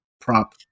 prop